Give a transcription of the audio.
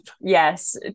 Yes